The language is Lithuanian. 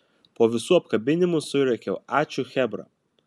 po visų apkabinimų surėkiau ačiū chebra